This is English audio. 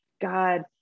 God